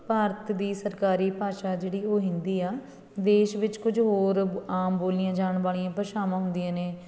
ਭਾਰਤ ਦੀ ਸਰਕਾਰੀ ਭਾਸ਼ਾ ਜਿਹੜੀ ਉਹ ਹਿੰਦੀ ਆ ਦੇਸ਼ ਵਿੱਚ ਕੁਝ ਹੋਰ ਆਮ ਬੋਲੀਆਂ ਜਾਣ ਵਾਲੀਆਂ ਭਾਸ਼ਾਵਾਂ ਹੁੰਦੀਆਂ ਨੇ